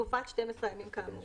תקופת 12 הימים כאמור,